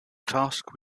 task